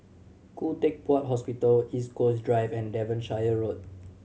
Khoo Teck Puat Hospital East Coast Drive and Devonshire Road